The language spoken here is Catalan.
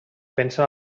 pensen